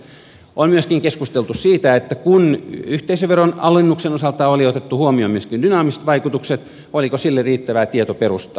on myöskin keskusteltu siitä että kun yhteisöveron alennuksen osalta oli otettu huomioon myöskin dynaamiset vaikutukset oliko sille riittävää tietoperustaa